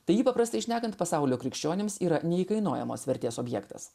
tai ji paprastai šnekant pasaulio krikščionims yra neįkainojamos vertės objektas